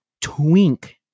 twink